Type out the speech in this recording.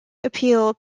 appeal